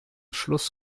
schluss